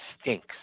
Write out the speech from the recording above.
stinks